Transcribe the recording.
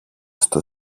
στο